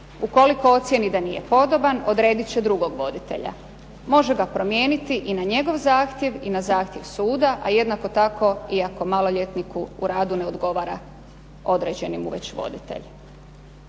Ukoliko ocijeni da nije podoban odredit će drugog voditelja. Može ga promijeniti i na njegov zahtjev i na zahtjev suda, a jednako tako ako maloljetniku u radu ne odgovara određeni mu već voditelj.